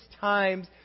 times